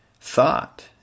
thought